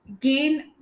gain